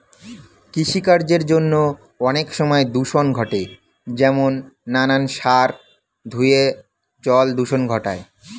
কৃষিকার্যের জন্য অনেক সময় দূষণ ঘটে যেমন নানান সার ধুয়ে জল দূষণ ঘটায়